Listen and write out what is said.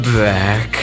back